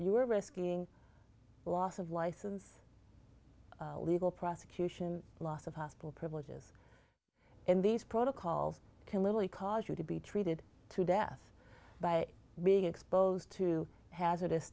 you were risking the loss of license legal prosecution loss of hospital privileges and these protocols can literally cause you to be treated to death by being exposed to hazardous